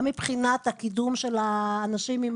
גם מבחינת הקידום של האנשים עם